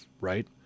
right